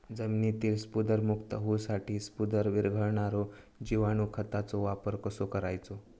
जमिनीतील स्फुदरमुक्त होऊसाठीक स्फुदर वीरघळनारो जिवाणू खताचो वापर कसो करायचो?